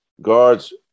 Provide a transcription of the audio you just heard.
guards